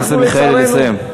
חבר הכנסת מיכאלי, לסיים.